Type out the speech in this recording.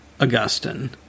Augustine